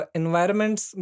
environments